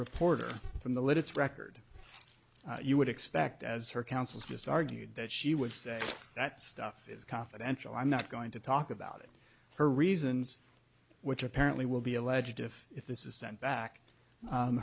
reporter from the lips record you would expect as her counsels just argued that she would say that stuff is confidential i'm not going to talk about it for reasons which apparently will be alleged if if this is sent back